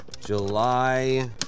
July